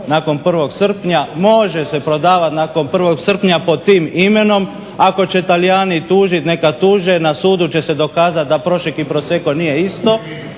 nakon 1. srpnja. Može se prodavati nakon 1. srpnja pod tim imenom, ako će Talijani tužiti neka tuže, na sudu će se dokazati da prošek i prosecco nije isto.